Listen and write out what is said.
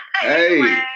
Hey